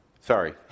Sorry